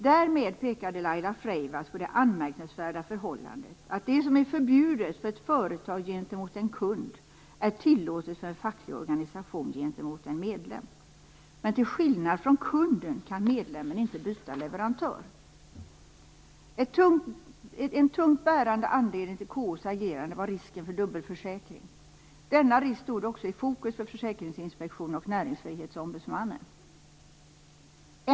Därmed pekade Laila Freivalds på det anmärkningsvärda förhållandet att det som är förbjudet för ett företag gentemot en kund är tillåtet för en facklig organisation gentemot en medlem. Men till skillnad från kunden kan medlemmen inte byta leverantör. En tungt bärande anledning till KO:s agerande var risken för dubbelförsäkring. Denna risk stod också i fokus för Försäkringsinspektionen och Näringsfrihetsombudsmannen.